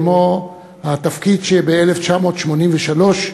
כמו התפקיד שמילאתי ב-1983,